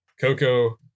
Coco